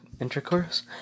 intercourse